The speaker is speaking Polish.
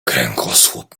kręgosłup